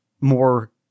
more